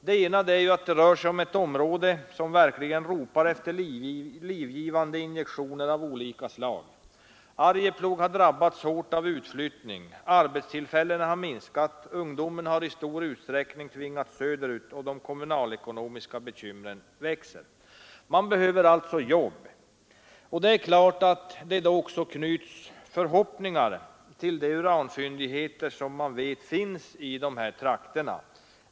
Det ena skälet är att det här rör sig om ett område som verkligen ropar efter livgivande injektioner av olika slag. Arjeplog har drabbats hårt av utflyttning. Arbetstillfällen har minskat, ungdomen har i stor utsträckning tvingats söderut och de kommunalekonomiska bekymren växer. Man behöver alltså jobb, och då är det klart att det knyts förhoppningar till de uranfyndigheter som man vet finns i dessa trakter.